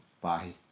Bye